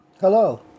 hello